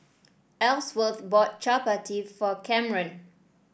Elsworth bought Chapati for Camren